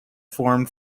formed